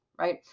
right